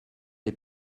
les